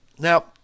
Now